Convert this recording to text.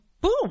boom